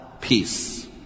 peace